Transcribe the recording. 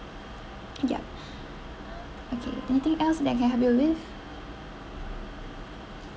yup okay anything else that I can help you with